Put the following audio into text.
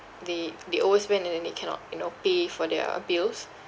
they they always spend and then they cannot you know pay for their bills